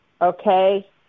Okay